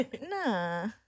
Nah